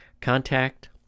Contact